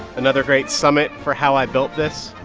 another great summit for how i built this.